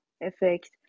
effect